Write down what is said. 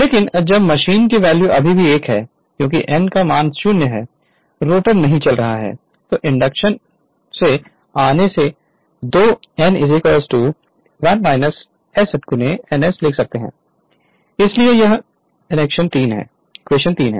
लेकिन जब मशीन की वैल्यू अभी भी 1 है क्योंकि n 0 पर रोटर नहीं चल रहा है तो इक्वेशन 2 से आसानी से n 1 s n s लिख सकते हैं इसलिए यह इक्वेशन 3 है